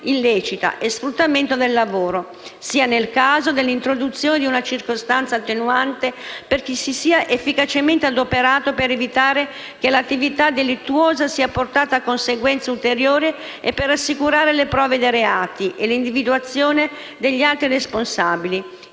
illecita e sfruttamento del lavoro, sia nel caso dell'introduzione di una circostanza attenuante per chi si sia efficacemente adoperato per evitare che l'attività delittuosa sia portata a conseguenze ulteriori e per assicurare le prove dei reati e l'individuazione degli altri responsabili,